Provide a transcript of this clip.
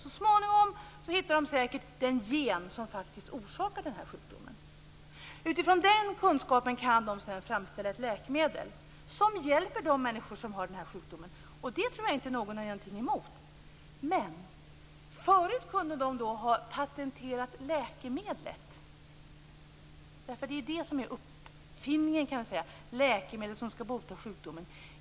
Så småningom hittar man där säkert den gen som orsakar sjukdomen. Utifrån den kunskapen kan de sedan framställa ett läkemedel som hjälper de människor som har den sjukdomen. Det tror jag inte att någon egentligen är emot. Men förut kunde de ha patenterat läkemedlet därför att det är det som är uppfinningen, läkemedlet som skall bota sjukdomen.